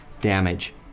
damage